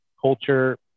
culture